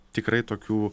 tikrai tokių